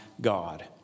God